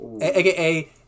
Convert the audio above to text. AKA